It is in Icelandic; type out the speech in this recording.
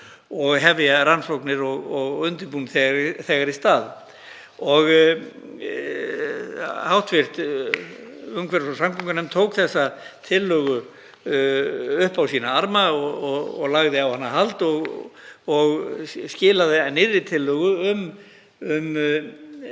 og hefja rannsóknir og undirbúning þegar í stað. Hv. umhverfis- og samgöngunefnd tók þessa tillögu upp á sína arma, lagði á hana hald og skilaði nýrri tillögu um